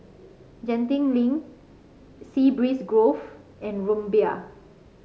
Genting Link Sea Breeze Grove and Rumbia